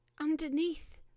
underneath